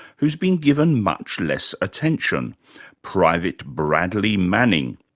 who's been given much less attention private bradley manning.